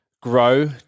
grow